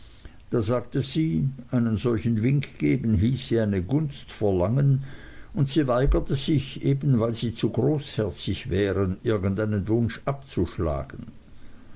da sagte sie einen solchen wink geben hieße eine gunst verlangen und sie weigerte sich eben weil sie zu großherzig wären ihr irgend einen wunsch abzuschlagen